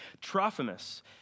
Trophimus